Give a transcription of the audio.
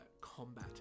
combat